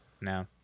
No